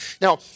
Now